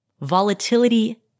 volatility